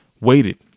waited